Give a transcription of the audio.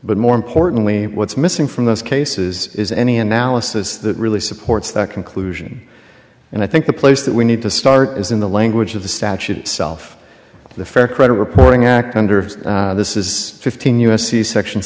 but more importantly what's missing from those cases is any analysis that really supports that conclusion and i think the place that we need to start is in the language of the statute itself the fair credit reporting act under this is fifteen u s c section